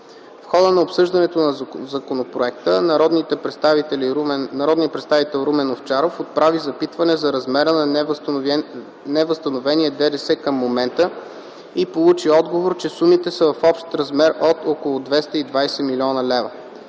В хода на обсъждането на законопроекта народния представител Румен Овчаров отправи запитване за размера на невъзстановения ДДС към момента и получи отговор, че сумите са в общ размер от около 220 млн. лв.